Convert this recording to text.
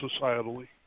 societally